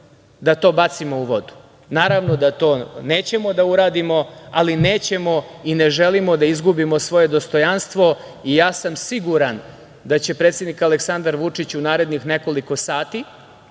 da to bacimo u vodu. Naravno da to nećemo da uradimo, ali nećemo i ne želimo da izgubimo svoje dostojanstvo. Siguran sam da će predsednik Aleksandar Vučić u narednih nekoliko sati